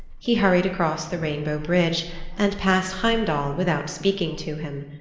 he hurried across the rainbow bridge and passed heimdall without speaking to him.